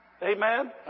Amen